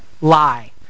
Lie